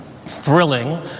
Thrilling